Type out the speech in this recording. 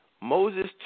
Moses